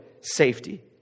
safety